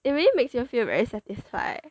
it really makes you feel very satisfied